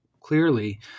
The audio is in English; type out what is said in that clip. clearly